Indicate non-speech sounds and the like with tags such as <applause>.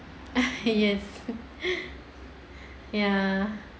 <laughs> yes ya